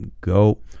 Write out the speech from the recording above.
go